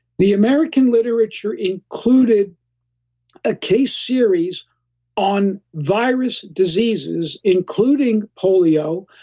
the american literature included a case series on virus diseases, including polio,